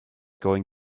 going